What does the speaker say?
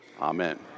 Amen